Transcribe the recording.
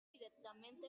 directamente